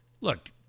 Look